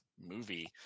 movie